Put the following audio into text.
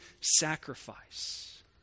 sacrifice